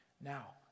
now